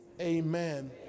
amen